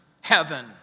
heaven